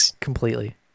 completely